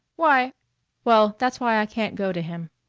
why well, that's why i can't go to him.